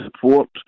support